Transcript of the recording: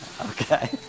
Okay